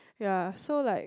ya so like